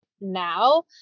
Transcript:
now